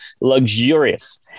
luxurious